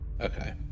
Okay